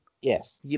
yes